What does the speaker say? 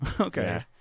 Okay